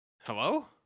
Hello